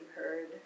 heard